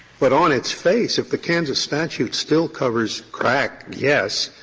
but on its face, if the kansas statute still covers crack, yes,